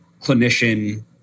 clinician